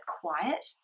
quiet